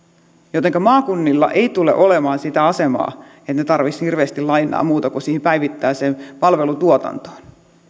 jotenka maakunnilla ei tule olemaan sitä asemaa että ne tarvitsisivat hirveästi lainaa muuta kuin siihen päivittäiseen palvelutuotantoon